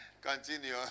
Continue